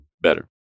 better